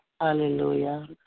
hallelujah